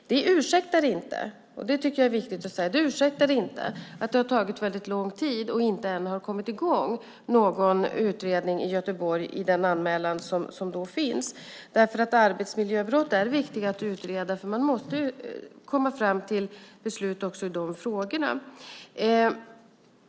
Det ursäktar inte, och det tycker jag är viktigt att säga, att det har tagit väldigt lång tid och ännu inte har kommit i gång någon utredning i Örebro när det gäller den anmälan som finns. Arbetsmiljöbrott är viktiga att utreda. Man måste komma fram till beslut också i de frågorna.